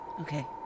Okay